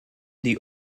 die